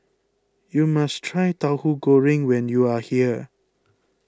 you must try Tahu Goreng when you are here